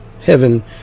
heaven